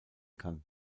kann